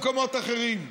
מה תגידו במקומות אחרים?